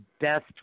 best